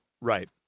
right